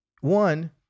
One